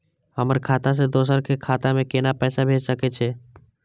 हमर खाता से दोसर के खाता में केना पैसा भेज सके छे?